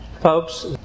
Folks